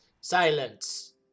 Silence